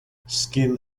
skin